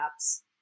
apps